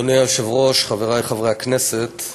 אדוני היושב-ראש, חברי חברי הכנסת,